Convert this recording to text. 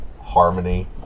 harmony